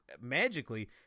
magically